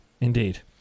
indeed